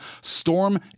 Storm